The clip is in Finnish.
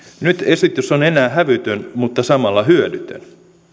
nyt esitys on enää hävytön mutta samalla hyödytön